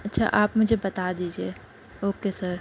اچھا آپ مجھے بتا دیجیے اوکے سر